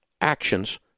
actions